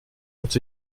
muss